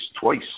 twice